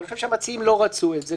אבל אני חושב שהמציעים לא רצו את זה.